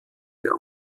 der